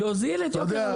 יוזיל את יוקר המחיה.